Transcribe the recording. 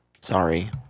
sorry